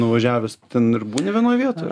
nuvažiavęs ten ir būni vienoj vietoje